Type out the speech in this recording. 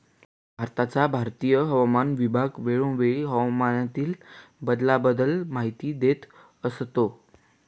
भारताचा भारतीय हवामान विभाग वेळोवेळी हवामानातील बदलाबद्दल माहिती देत असतो